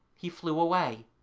he flew away.